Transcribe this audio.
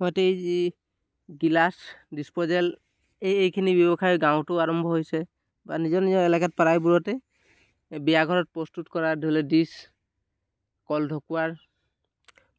সৈতে এই glass disposable এই এইখিনি ব্যৱসায় গাঁৱতো আৰম্ভ হৈছে বা নিজৰ নিজৰ এলেকাত প্ৰায়বোৰতে এই বিয়া ঘৰত প্ৰস্তুত কৰা ধৰি লওক ডিছ কল ঢকুৱাৰ